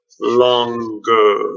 longer